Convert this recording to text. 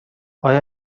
آیا